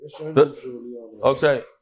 Okay